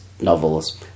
novels